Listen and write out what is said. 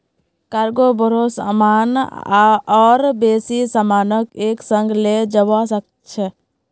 cargo बोरो सामान और बेसी सामानक एक संग ले जव्वा सक छ